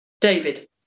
David